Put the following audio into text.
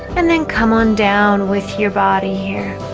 and then come on down with your body here